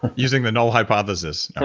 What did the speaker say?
using the null hypothesis